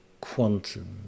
quantum